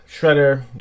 shredder